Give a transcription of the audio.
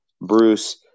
Bruce